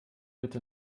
bitte